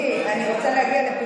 אני יודע, אורלי.